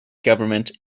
government